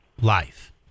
life